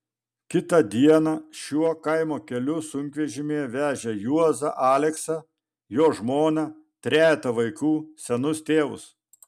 kitą dieną šiuo kaimo keliu sunkvežimyje vežė juozą aleksą jo žmoną trejetą vaikų senus tėvus